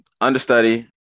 Understudy